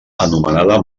anomenada